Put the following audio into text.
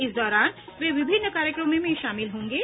इस दौरान वे विभिन्न कार्य क्र मों में शामिल होंगे